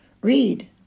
Read